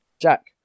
Jack